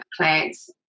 plants